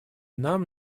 нам